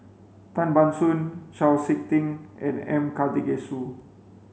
Tan Ban Soon Chau Sik Ting and M Karthigesu